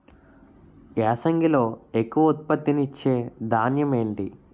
యాసంగిలో ఎక్కువ ఉత్పత్తిని ఇచే ధాన్యం ఏంటి?